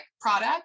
product